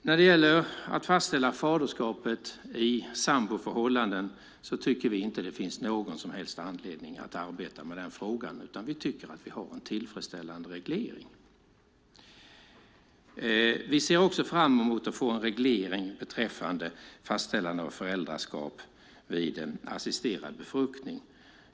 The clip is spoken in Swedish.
När det gäller att fastställa faderskapet i samboförhållanden tycker vi inte att det finns någon som helst anledning att arbeta med frågan. Vi tycker att vi har en tillfredsställande reglering. Vi ser fram emot att få en reglering också beträffande fastställande av föräldraskap vid assisterad befruktning.